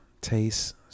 taste